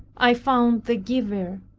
i found the giver.